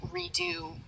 redo